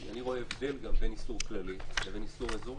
כי זה לא היה גדר הדיון עד עכשיו.